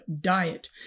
Diet